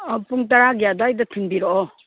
ꯄꯨꯡ ꯇꯔꯥꯒꯤ ꯑꯗꯥꯏꯗ ꯊꯤꯟꯕꯤꯔꯛꯑꯣ